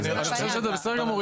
אני חושב שזה בסדר גמור.